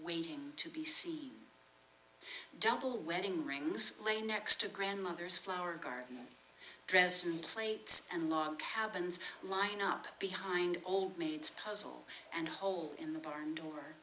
waiting to be see double wedding rings laying next to grandmother's flower garden dress and plates and log cabins line up behind maids puzzle and hole in the barn door